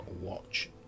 Watch